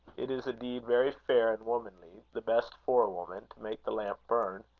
it is a deed very fair and womanly the best for a woman to make the lamp burn.